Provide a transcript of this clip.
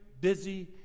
busy